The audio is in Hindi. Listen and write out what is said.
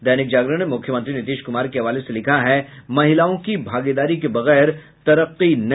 दैनिक जागरण ने मुख्यमंत्री नीतीश कुमार के हवाले से लिखा है महिलाओं की भागीदारी के बगैर तरक्की नहीं